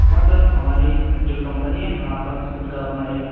हाँ सर हमारी जो कम्पनी है हमारे पास खुद का अपना एक